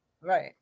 Right